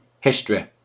history